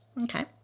Okay